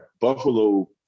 Buffalo